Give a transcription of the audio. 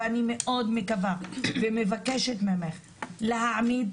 ואני מאוד מקווה ומבקשת ממך להעמיד